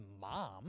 mom